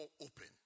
open